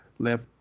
Left